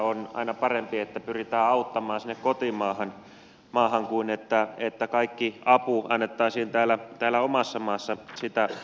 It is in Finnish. on aina parempi että pyritään auttamaan sinne kotimaahan kuin että kaikki apu annettaisiin täällä omassa maassa sitä tarvitseville